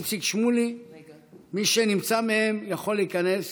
איציק שמולי מי שנמצא מהם יכול להיכנס.